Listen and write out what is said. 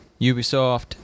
Ubisoft